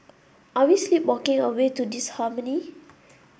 are we sleepwalking our way to disharmony